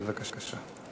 בבקשה.